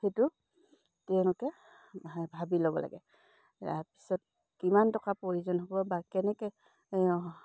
সেইটো তেওঁলোকে ভাবি ল'ব লাগে তাৰপিছত কিমান টকা প্ৰয়োজন হ'ব বা কেনেকে